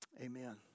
amen